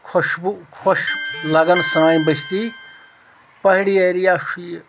خوشبوٗ خۄش لگان سٲنۍ بٔستی پہاڑی ایریا چھُ یہِ